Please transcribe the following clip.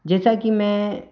जैसा कि मैं